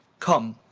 come,